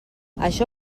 això